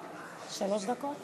שלוש דקות